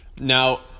Now